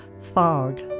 Fog